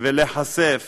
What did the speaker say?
ולהיחשף